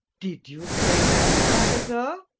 did you say that, agatha?